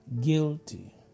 Guilty